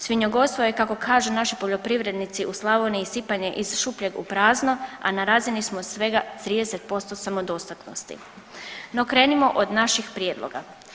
Svinjogojstvo je kako kažu naši poljoprivrednici u Slavoniji „sipanje iz šupljeg u prazno“, a na razini smo svega 30% samodostatnosti, no krenimo od naših prijedloga.